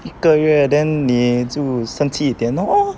一个月 then 你就生气一点哦